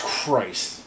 Christ